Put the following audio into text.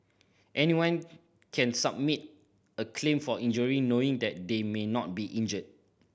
anyone can submit a claim for injury knowing that they may not be injured